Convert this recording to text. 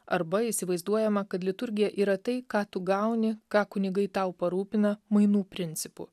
arba įsivaizduojama kad liturgija yra tai ką tu gauni ką kunigai tau parūpina mainų principu